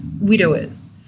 widowers